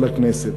לכנסת.